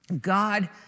God